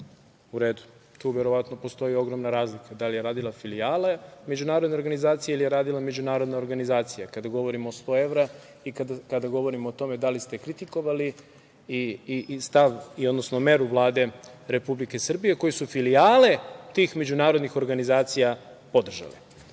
U redu, tu verovatno postoji ogromna razlika da li je radila filijala međunarodne organizacije ili je radila međunarodna organizacija kada govorimo o 100 evra i kada govorimo o tome da li ste kritikovali i stav, odnosno meru Vlade Republike Srbije koju su filijale tih međunarodnih organizacija podržale. Sa